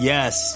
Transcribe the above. Yes